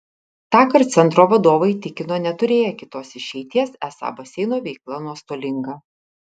tąkart centro vadovai tikino neturėję kitos išeities esą baseino veikla nuostolinga